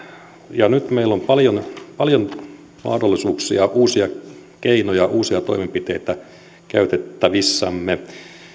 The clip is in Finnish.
ja nyt meillä on paljon paljon mahdollisuuksia uusia keinoja uusia toimenpiteitä käytettävissämme